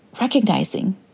recognizing